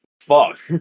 Fuck